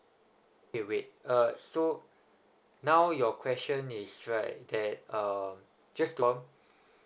okay wait uh so now your question is right that uh just bought